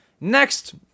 Next